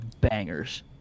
bangers